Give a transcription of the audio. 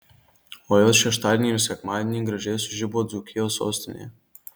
o jos šeštadienį ir sekmadienį gražiai sužibo dzūkijos sostinėje